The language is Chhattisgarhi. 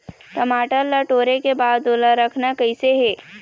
टमाटर ला टोरे के बाद ओला रखना कइसे हे?